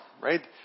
right